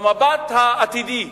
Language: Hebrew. במבט העתידי,